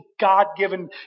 God-given